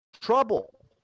Trouble